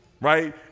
right